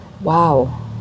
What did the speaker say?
wow